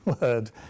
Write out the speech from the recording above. word